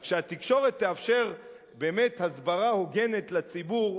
אז שהתקשורת תאפשר באמת הסברה הוגנת לציבור.